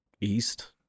east